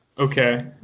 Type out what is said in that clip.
Okay